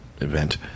event